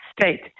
state